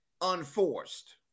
unforced